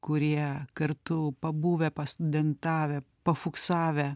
kurie kartu pabuvę pastudentavę pafuksavę